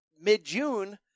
mid-June